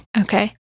Okay